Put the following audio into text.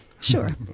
Sure